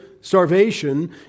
starvation